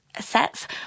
sets